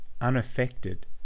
unaffected